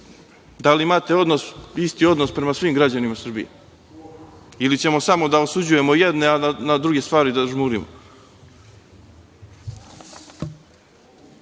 Da li imate isti odnos prema svih građanima Srbije ili ćemo samo da osuđujemo jedne, a na druge stvari da zažmurimo? Drugo